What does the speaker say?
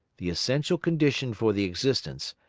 the essential condition for the existence,